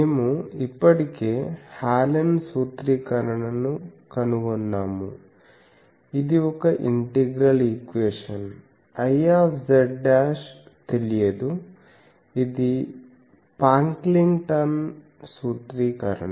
మేము ఇప్పటికే హాలెన్Hallen's సూత్రీకరణను కనుగొన్నాము ఇది ఒక ఇంటిగ్రల్ ఈక్వేషన్ Iz తెలియదు ఇది పాక్లింగ్టన్Pocklington's సూత్రీకరణ